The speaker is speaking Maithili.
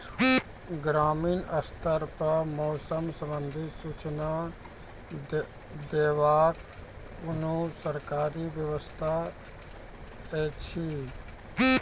ग्रामीण स्तर पर मौसम संबंधित सूचना देवाक कुनू सरकारी व्यवस्था ऐछि?